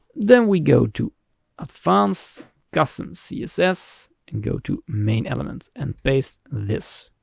then we go to advanced custom css, and go to main element and paste this.